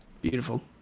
beautiful